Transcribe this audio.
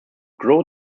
grow